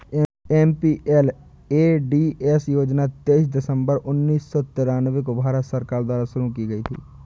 MPLADS योजना तेईस दिसंबर उन्नीस सौ तिरानवे को भारत सरकार द्वारा शुरू की गयी थी